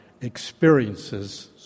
experiences